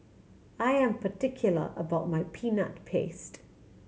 I am particular about my Peanut Paste